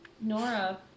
Nora